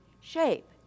shape